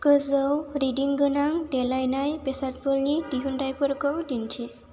गोजौ रिदिं गोनां देलायनाय बेसादफोरनि दिहुनथाइफोरखौ दिन्थि